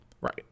right